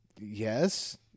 yes